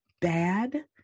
bad